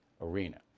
Arena